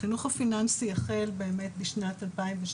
החינוך הפיננסי החל באמת בשנת 2012,